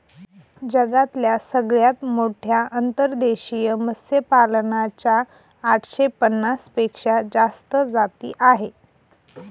जगातल्या सगळ्यात मोठ्या अंतर्देशीय मत्स्यपालना च्या आठशे पन्नास पेक्षा जास्त जाती आहे